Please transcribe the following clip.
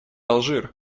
алжир